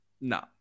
No